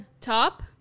Top